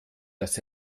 dass